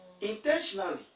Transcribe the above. intentionally